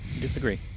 disagree